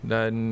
Dan